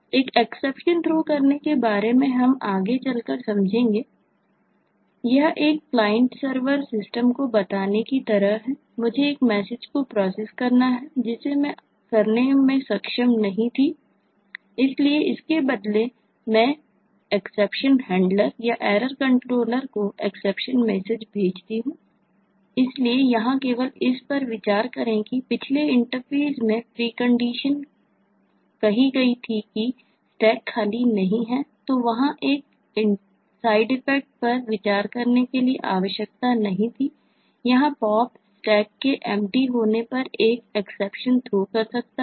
एक exception throw कर सकता था